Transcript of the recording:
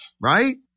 right